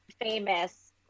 famous